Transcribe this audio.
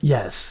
Yes